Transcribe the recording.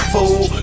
Fool